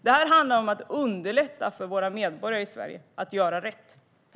Detta handlar om att underlätta för våra medborgare i Sverige att göra rätt.